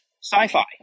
sci-fi